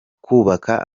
kubaka